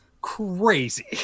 crazy